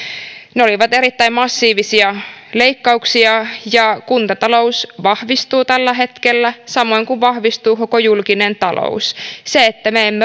ne olivat erittäin massiivisia leikkauksia ja kuntatalous vahvistuu tällä hetkellä samoin kuin vahvistuu koko julkinen talous kyllä se että me emme